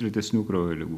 retesnių kraujo ligų